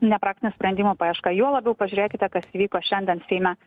ne praktinių sprendimų paieška juo labiau pažiūrėkite kas įvyko šiandien seime